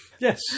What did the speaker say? Yes